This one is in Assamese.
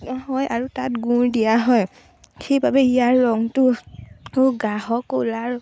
হয় আৰু তাত গুড় দিয়া হয় সেইবাবে ইয়াৰ ৰংটো গ্ৰাঢ় ক'লা ৰঙৰ